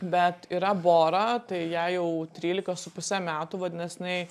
bet yra bora tai jai jau trylika su puse metų vadinas jinai